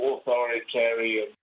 authoritarian